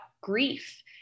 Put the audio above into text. grief